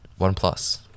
OnePlus